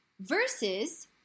Versus